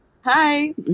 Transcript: Hi